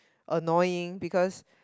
annoying because